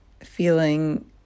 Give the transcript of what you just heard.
feeling